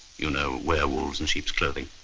you know, werewolves in sheep's clothing.